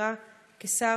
אמירה כזאת,